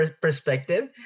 perspective